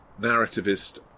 narrativist